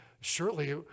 surely